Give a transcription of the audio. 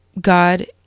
God